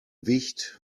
wicht